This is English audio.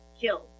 killed